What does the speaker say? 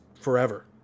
forever